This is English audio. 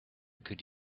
could